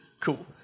cool